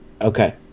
okay